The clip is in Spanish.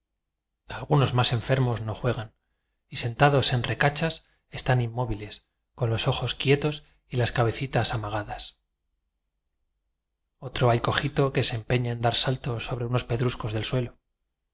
algunos más enfermos no juegan y sentados en recachas están inmóviles con los ojos quietos y las cabecitas amaga das otro hay cojito que se empeña en dar saltos sobre unos pedruscos del suelo